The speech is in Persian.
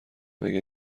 مگه